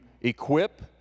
equip